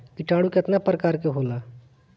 किटानु केतना प्रकार के होला?